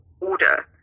order